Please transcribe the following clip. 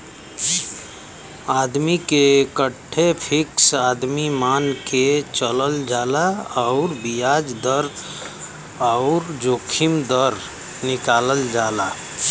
आदमी के एक ठे फ़िक्स आमदमी मान के चलल जाला अउर बियाज दर अउर जोखिम दर निकालल जाला